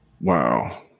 wow